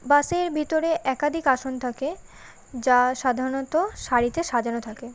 বাসের ভিতরে একাধিক আসন থাকে যা সাধারণত সারিতে সাজানো থাকে